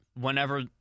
whenever